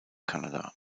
kanada